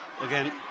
again